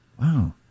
Wow